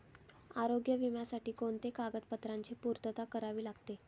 आरोग्य विम्यासाठी कोणत्या कागदपत्रांची पूर्तता करावी लागते?